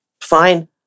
Fine